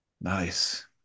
Nice